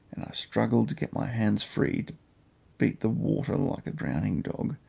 struggled to get my hands free to beat the water like a drowning dog,